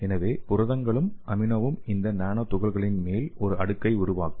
எனவே புரதங்களும் அமினோவும் இந்த நானோ துகள்களின் மேல் ஒரு அடுக்கை உருவாக்கும்